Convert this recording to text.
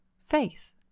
faith